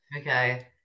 Okay